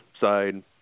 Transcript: side